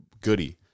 Goody